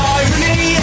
irony